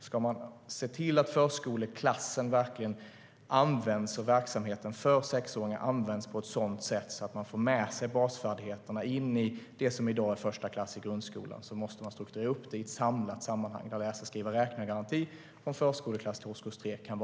Om man ska se till att förskoleklassen och verksamheten för sexåringar verkligen används på ett sådant sätt att man får med sig basfärdigheterna in i det som i dag är första klass i grundskolan måste man strukturera upp det i ett samlat sammanhang med läsa-skriva-räkna-garantin och en förskoleklass till årskurs tre.